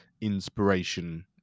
inspiration